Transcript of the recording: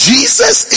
Jesus